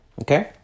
Okay